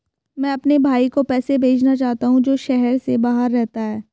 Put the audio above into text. मैं अपने भाई को पैसे भेजना चाहता हूँ जो शहर से बाहर रहता है